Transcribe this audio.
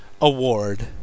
award